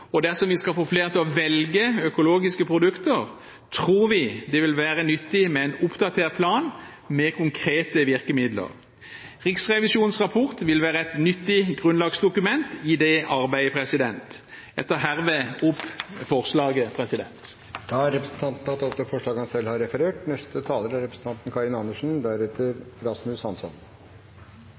og dersom vi skal få flere til å velge økologiske produkter, tror vi det vil være nyttig med en oppdatert plan med konkrete virkemidler. Riksrevisjonens rapport vil være et nyttig grunnlagsdokument i det arbeidet. Jeg tar herved opp forslaget. Da har representanten Hans Fredrik Grøvan tatt opp det forslaget han refererte til. Økologisk landbruk er viktig. Grunnen til at det er